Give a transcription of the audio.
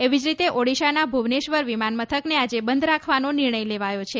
એવી જ રીતે ઓડીશાના ભુવનેશ્વર વિમાન મથકને આજે બંધ રાખવાનો નિર્ણય લેવાયો છે